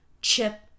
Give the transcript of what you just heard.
chip